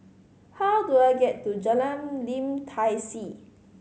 how do I get to Jalan Lim Tai See